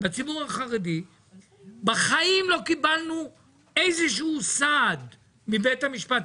בציבור החרדי בחיים לא קיבלנו איזה שהוא סעד מבית המשפט.